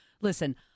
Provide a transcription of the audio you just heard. Listen